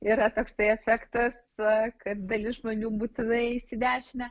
yra toksai efektas kad dalis žmonių būtinai eis į dešinę